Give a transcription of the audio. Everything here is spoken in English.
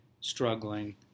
struggling